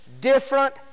different